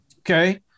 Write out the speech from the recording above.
Okay